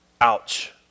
Ouch